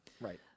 Right